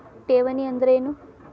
ಠೇವಣಿ ಅಂದ್ರೇನು?